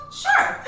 sure